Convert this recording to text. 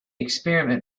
experiment